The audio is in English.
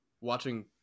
watching